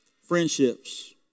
friendships